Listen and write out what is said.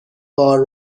بار